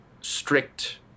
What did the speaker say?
strict